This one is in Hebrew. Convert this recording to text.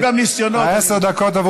עשר הדקות עברו.